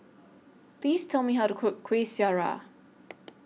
Please Tell Me How to Cook Kuih Syara